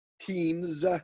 team's